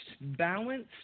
balanced